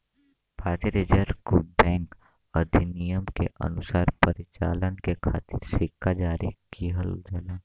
भारतीय reserve bank अधिनियम के अनुसार परिचालन के खातिर सिक्का जारी किहल जाला